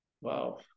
Wow